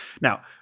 Now